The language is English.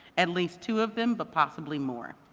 at least two of them, but possibly more.